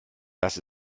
das